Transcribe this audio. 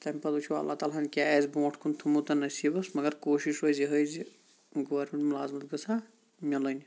تمہِ پَتہٕ وٕچھو اللہ تعالیٰ ہَن کیاہ آسہِ برونٹھ کُن تھومُت نَصیٖبَس مَگر کوٗشِش روزِ یِہَے زٕ گورمنٹ مُلازمَت گٔژھا مِلٕنۍ